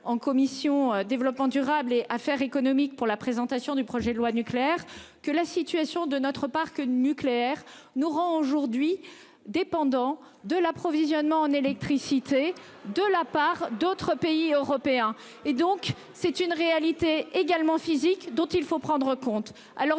en commission développement durable et Affaires économiques pour la présentation du projet de loi nucléaire que la situation de notre parc nucléaire nous rend aujourd'hui, dépendants de l'approvisionnement en électricité de la part d'autres pays européens et donc c'est une réalité également physique dont il faut prendre en compte.